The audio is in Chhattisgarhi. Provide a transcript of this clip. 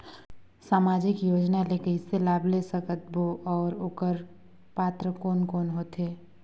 समाजिक योजना ले कइसे लाभ ले सकत बो और ओकर पात्र कोन कोन हो थे?